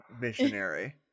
missionary